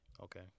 Okay